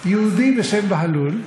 יהודי בשם בהלול.